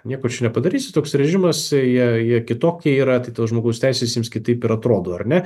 nieko čia nepadarysi toks režimas jei jie kitokie yra tai to žmogaus teisės jiems kitaip ir atrodo ar ne